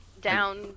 down